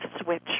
switch